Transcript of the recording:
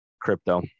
Crypto